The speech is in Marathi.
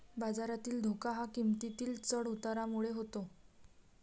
बाजारातील धोका हा किंमतीतील चढ उतारामुळे होतो